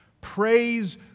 praise